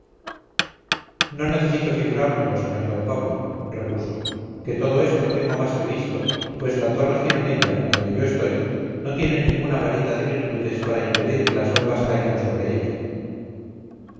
no necesito figurármelo sr d pablo repuso que todo eso lo tengo más que visto pues la torre gironella donde yo estoy no tiene ninguna varita de virtudes para impedir que las bombas caigan sobre ella